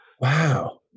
Wow